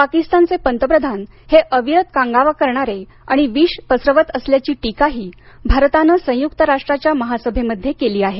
पाकिस्तानचे पंतप्रधान हे अविरत कांगावा करणारे आणि विष पसरवत असल्याची टीकाही भारतान संयुक्त राष्ट्राच्या महासभेमध्ये केली आहे